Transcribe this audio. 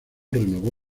renovó